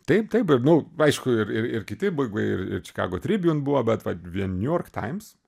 taip taip ir nu v aišku ir ir ir kiti baug ir čikago tribiun buvo bet vat vien niujork taims